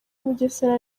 mugesera